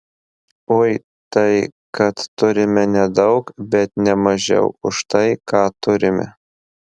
ui tai kad turime nedaug bet ne mažiau už tai ką turime